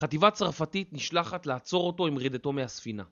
חטיבה צרפתית נשלחת לעצור אותו עם רדתו מהספינה.